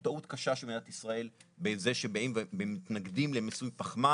הוא טעות קשה של מדינת ישראל בזה שבאים ומתנגדים למיסוי פחמן